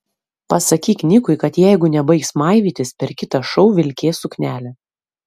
pasakyk nikui kad jeigu nebaigs maivytis per kitą šou vilkės suknelę